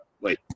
wait